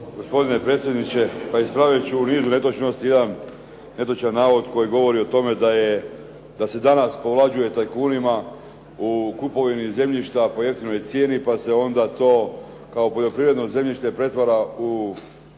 Gospodine predsjedniče pa ispravit ću niz netočnosti, jedan netočan navod koji govori o tome da se danas povlađuje tajkunima u kupovini zemljišta po jeftinoj cijeni pa se onda to kao poljoprivredno zemljište pretvara u